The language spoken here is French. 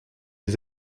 les